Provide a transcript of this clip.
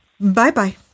Bye-bye